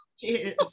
cheers